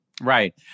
Right